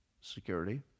security